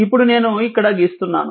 ఇప్పుడు నేను ఇక్కడ గీస్తున్నాను